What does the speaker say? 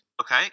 Okay